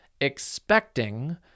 expecting